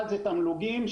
אחד תמלוגים,